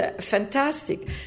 fantastic